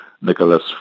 Nicholas